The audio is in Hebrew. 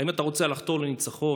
האם אתה רוצה לחתור לניצחון?